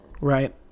Right